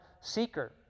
seeker